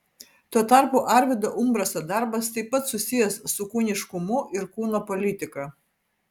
tuo tarpu arvydo umbraso darbas taip pat susijęs su kūniškumu ir kūno politika